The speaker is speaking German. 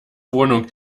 wohnung